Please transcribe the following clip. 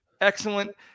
excellent